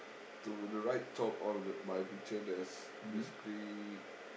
to the right top of my picture there is basically